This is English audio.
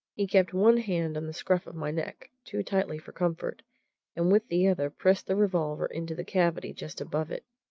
he kept one hand on the scruff of my neck too tightly for comfort and with the other pressed the revolver into the cavity just above it,